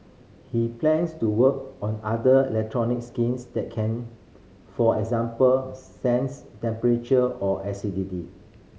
he plans to work on other electronic skins that can for example sense temperature or acidity